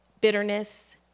bitterness